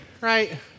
right